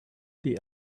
the